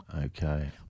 Okay